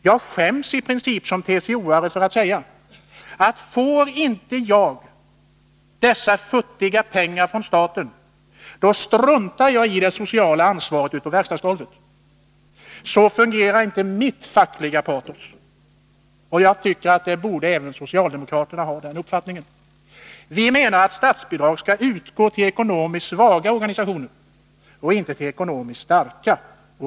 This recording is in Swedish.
Jag skäms i princip som TCO-are för att säga: Får jag inte dessa futtiga pengar från staten, så struntar jag i det sociala ansvaret på verkstadsgolvet. Så fungerar inte mitt fackliga patos, och jag tycker att även socialdemokraterna borde ha den uppfattningen. Vi anser att statsbidrag skall utgå till ekonomiskt svaga organisationer och inte till de ekonomiskt starka.